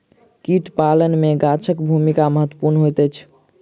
कीट पालन मे गाछक भूमिका महत्वपूर्ण होइत अछि